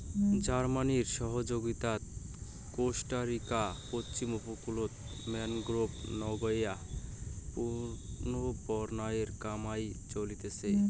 জার্মানির সহযগীতাত কোস্টারিকার পশ্চিম উপকূলত ম্যানগ্রোভ নাগেয়া পুনর্বনায়নের কামাই চইলছে